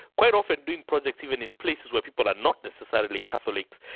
quite often doing projects even in places where people are not necessarily catholics.